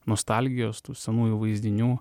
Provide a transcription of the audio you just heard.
nostalgijos tų senųjų vaizdinių